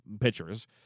pitchers